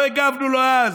לא הגבנו לו אז,